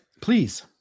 Please